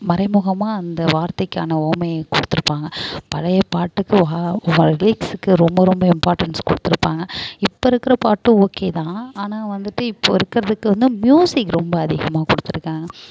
மறைமுகமாக அந்த வார்த்தைக்கான உவமையை கொடுத்துருப்பாங்க பழைய பாட்டுக்கு வா லிரிக்ஸ்க்கு ரொம்ப ரொம்ப இம்பார்ட்டன்ஸ் கொடுத்துருப்பாங்க இப்போ இருக்கிற பாட்டும் ஓகேதான் ஆனால் வந்துட்டு இப்போது இருக்கிறதுக்கு வந்து மியூசிக் ரொம்ப அதிகமாக கொடுத்துருக்காங்க